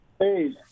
Hey